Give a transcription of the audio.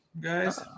guys